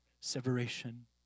Separation